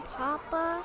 papa